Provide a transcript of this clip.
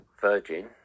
Virgin